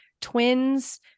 twins